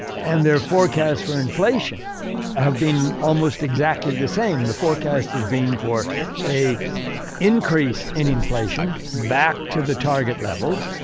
and their forecast for inflation have been almost exactly the same. the forecast has been for a increase in inflation back to the target levels.